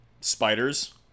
spiders